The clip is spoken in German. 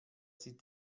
sie